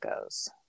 goes